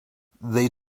they